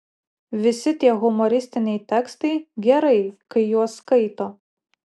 visi tie humoristiniai tekstai gerai kai juos skaito